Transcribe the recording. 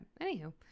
anywho